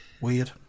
Weird